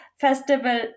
festival